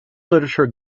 literature